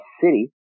city